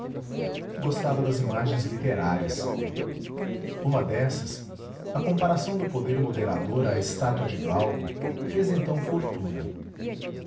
gostava das imagens literárias uma dessas a comparação do poder moderador à estátua de glauco fez então fortuna